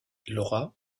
laura